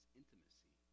intimacy